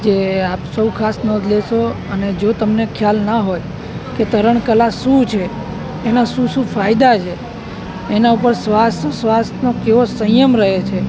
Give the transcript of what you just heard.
જે આપ સૌ ખાસ નોંધ લેશો અને જો તમને ખ્યાલ ન હોય કે તરણકલા શું છે એના શું શું ફાયદા છે એના ઉપર શ્વાસ શ્વાસનો કેવો સંયમ રહે છે